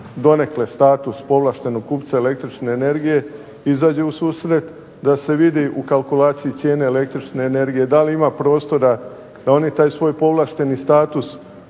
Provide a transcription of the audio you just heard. donekle status povlaštenog kupca električne energije izađe u susret, da se vidi u kalkulaciji cijene električne energije da li ima prostora da oni taj svoj povlašteni status